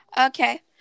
Okay